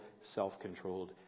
self-controlled